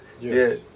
Yes